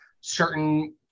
certain